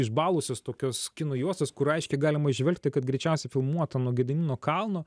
išbalusios tokios kino juostos kur aiškiai galima įžvelgti kad greičiausiai filmuota nuo gedimino kalno